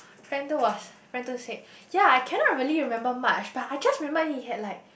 friend two was friend two said ya I cannot really remember much but I just remembered he had like